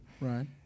Right